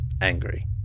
angry